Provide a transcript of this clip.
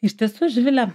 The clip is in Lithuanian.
iš tiesų živile